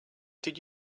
did